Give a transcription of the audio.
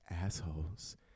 assholes